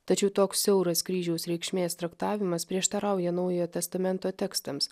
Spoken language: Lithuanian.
tačiau toks siauras kryžiaus reikšmės traktavimas prieštarauja naujojo testamento tekstams